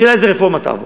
השאלה איזו רפורמה תעבור.